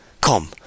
come